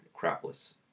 crapless